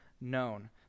known